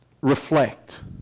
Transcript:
reflect